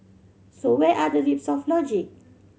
so where are the leaps of logic